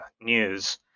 news